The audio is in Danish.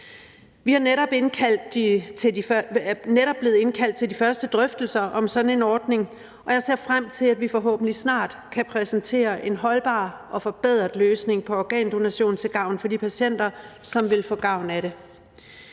Vi er netop blevet indkaldt til de første drøftelser om sådan en ordning, og jeg ser frem til, at vi forhåbentlig snart kan præsentere en holdbar og forbedret løsning på organdonation for de patienter, som vil få gavn af det.